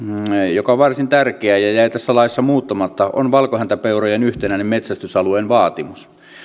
joka on varsin tärkeä ja ja jäi tässä laissa muuttamatta on valkohäntäpeurojen yhtenäisen metsästysalueen vaatimus